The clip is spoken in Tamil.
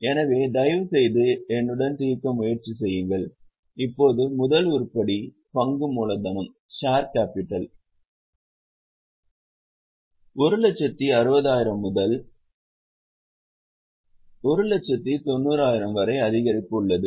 எனவே தயவுசெய்து என்னுடன் தீர்க்க முயற்சி செய்யுங்கள் இப்போது முதல் உருப்படி பங்கு மூலதனம் 160000 முதல் 190000 வரை அதிகரிப்பு உள்ளது